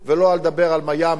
שלא לדבר על מיאמי,